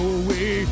away